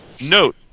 Note